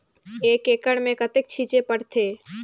एक एकड़ मे कतेक छीचे पड़थे?